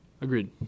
Agreed